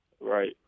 Right